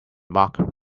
mark